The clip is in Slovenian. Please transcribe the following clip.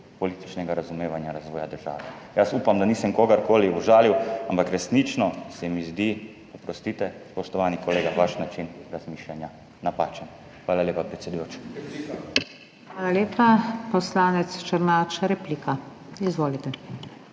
političnega razumevanja razvoja države. Upam, da nisem kogarkoli užalil, ampak resnično se mi zdi, oprostite, spoštovani kolega, vaš način razmišljanja napačen. Hvala lepa, predsedujoča. **PODPREDSEDNICA NATAŠA SUKIČ:** Hvala lepa. Poslanec Černač, replika. Izvolite.